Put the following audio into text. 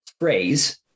phrase